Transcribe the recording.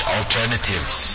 alternatives